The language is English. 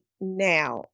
now